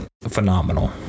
phenomenal